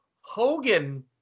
Hogan